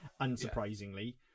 unsurprisingly